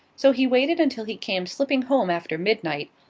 so he waited until he came slipping home after midnight,